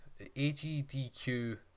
AGDQ